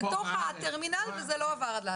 בתוך הטרמינל וזה לא עבר.